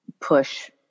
push